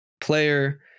player